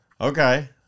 okay